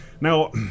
Now